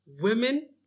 women